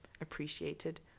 appreciated